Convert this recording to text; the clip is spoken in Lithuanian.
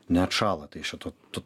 neatšąla tai šito tu